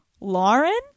Lauren